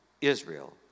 Israel